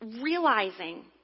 realizing